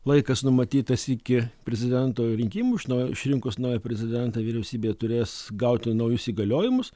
laikas numatytas iki prezidento rinkimų iš naujo išrinkus naują prezidentą vyriausybė turės gauti naujus įgaliojimus